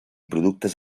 productes